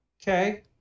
Okay